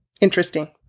Interesting